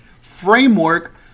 framework